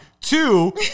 Two